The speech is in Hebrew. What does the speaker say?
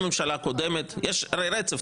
יש הרי רצף,